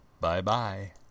Bye-bye